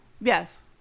Yes